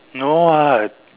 no [what]